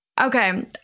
Okay